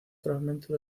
fragmento